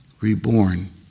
reborn